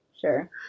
Sure